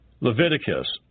Leviticus